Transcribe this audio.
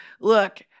look